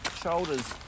Shoulders